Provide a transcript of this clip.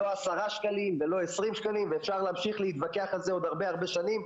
לא 10 שקלים ולא 20 שקלים ואפשר להמשיך ולהתווכח על זה עוד הרבה שנים,